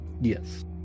Yes